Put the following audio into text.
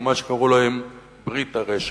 או מה שקראו להם "ברית הרשע".